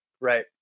Right